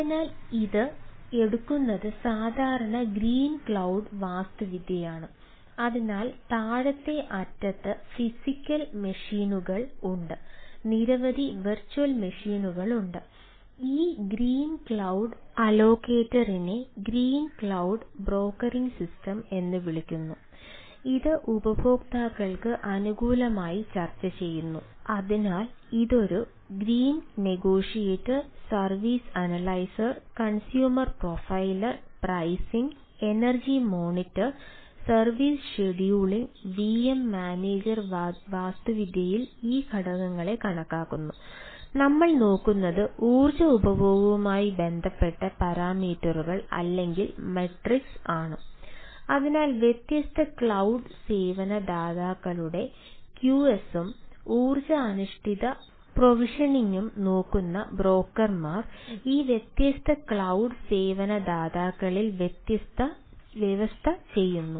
അതിനാൽ ഇത് എടുക്കുന്നത് സാധാരണ ഗ്രീൻ ക്ലൌഡ്ആണ് അതിനാൽ വ്യത്യസ്ത ക്ലൌഡ് സേവന ദാതാക്കളിൽ വ്യവസ്ഥ ചെയ്യുന്നു